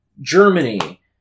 Germany